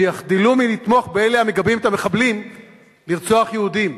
שיחדלו מלתמוך באלה המגבים את המחבלים לרצוח יהודים.